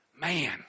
man